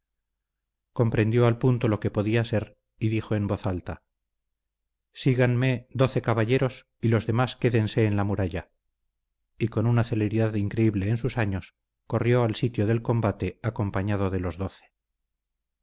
comprendió al punto lo que podía ser y dijo en voz alta síganme doce caballeros y los demás quédense en la muralla y con una celeridad increíble en sus años corrió al sitio del combate acompañado de los doce